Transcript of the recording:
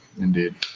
Indeed